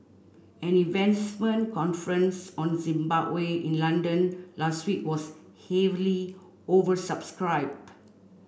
an investment conference on Zimbabwe in London last week was heavily oversubscribed